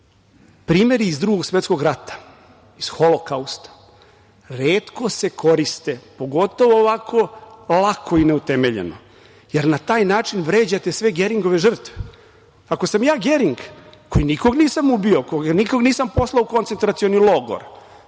primeri iz Drugog svetskog rata, iz Holokausta, retko se koriste, pogotovo ovako lako i neutemeljeno, jer na taj način vređate sve Geringove žrtve. Ako sam ja Gering, koji nikog nisam ubio, koji nikog nisam poslao u koncentracioni logor,